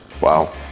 Wow